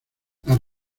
las